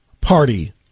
party